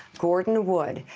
gordon wood,